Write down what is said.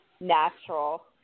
natural